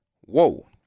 Whoa